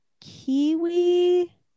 Kiwi